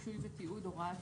רישוי ותיעוד) (הוראת שעה),